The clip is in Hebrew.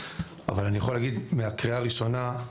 אבל אני יכול להגיד מהקריאה הראשונה,